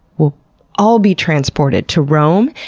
we'll all be transported to rome,